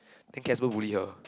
then Casper bully her